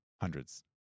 hundreds